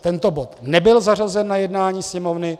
Tento bod nebyl zařazen na jednání Sněmovny.